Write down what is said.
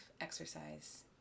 exercise